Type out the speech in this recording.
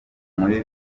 muri